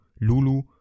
Lulu